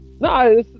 No